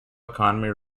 economy